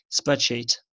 spreadsheet